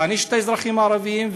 להעניש את האזרחים הערבים,